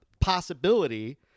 possibility